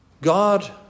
God